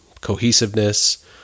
cohesiveness